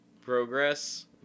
progress